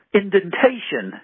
indentation